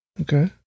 Okay